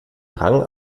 rang